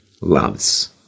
loves